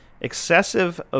Excessive